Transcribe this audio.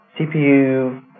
CPU